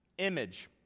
image